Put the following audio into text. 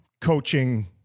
coaching